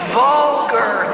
vulgar